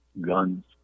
guns